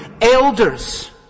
elders